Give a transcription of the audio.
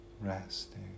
resting